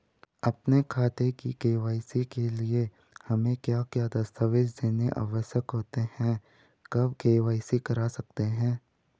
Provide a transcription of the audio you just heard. अपने खाते की के.वाई.सी के लिए हमें क्या क्या दस्तावेज़ देने आवश्यक होते हैं कब के.वाई.सी करा सकते हैं?